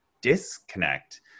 disconnect